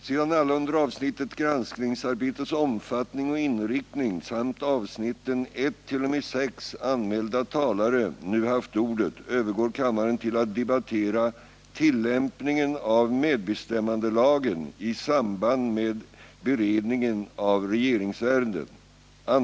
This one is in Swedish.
Sedan alla under avsnittet Granskningsarbetets omfattning och inriktning samt avsnitten 1 — 6 anmälda talare nu haft ordet övergår kammaren till att debattera Tillämpningen av medbestämmandelagen i samband med beredningen av regeringsärenden.